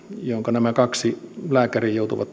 jonka nämä kaksi lääkäriä joutuvat